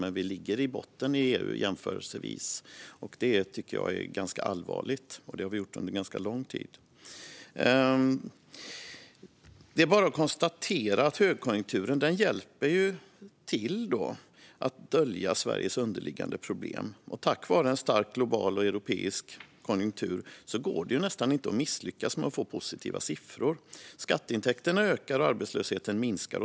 Men vi ligger i botten i EU - det har vi gjort under ganska lång tid - och det tycker jag är ganska allvarligt. Jag kan konstatera att högkonjunkturen hjälper till att dölja Sveriges underliggande problem. Tack vare en stark global och europeisk konjunktur går det nästan inte att misslyckas med att få positiva siffror. Skatteintäkterna ökar, och arbetslösheten minskar.